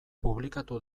publikatu